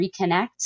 reconnect